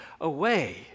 away